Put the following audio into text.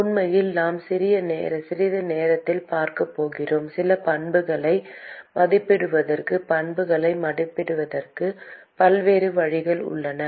உண்மையில் நாம் சிறிது நேரத்தில் பார்க்கப் போகிறோம் சில பண்புகளை மதிப்பிடுவதற்கு பண்புகளை மதிப்பிடுவதற்கு பல்வேறு வழிகள் உள்ளன